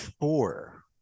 four